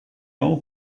all